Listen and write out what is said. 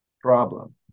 problem